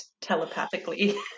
telepathically